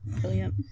brilliant